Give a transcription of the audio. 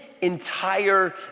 entire